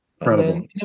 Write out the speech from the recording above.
incredible